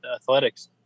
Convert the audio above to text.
athletics